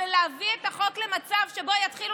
אבל להביא את החוק למצב שבו יתחילו